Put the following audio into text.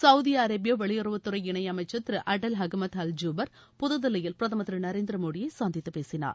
Saudi Arabia வெளியுறவுத்துறை இணையமைச்சர் திரு அடெல் அகமது அல் ஜூபர் புதுதில்லியில் பிரதமர் திரு நரேந்திர மோடியை சந்தித்து பேசினார்